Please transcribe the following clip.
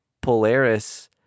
Polaris